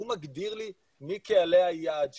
הוא מגדיר לי מי קהלי היעד שלו.